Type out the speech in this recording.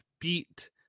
beat